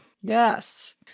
Yes